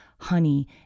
honey